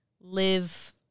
live